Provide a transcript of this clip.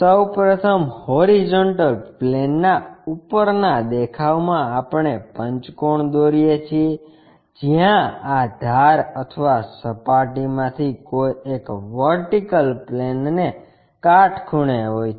સૌ પ્રથમ હોરીઝોન્ટલ પ્લેનના ઉપરના દેખાવમાં આપણે પંચકોણ દોરીએ છીએ જ્યાં આ ધાર અથવા સપાટીમાંથી કોઈ એક વર્ટિકલ પ્લેનને કાટખૂણે હોય છે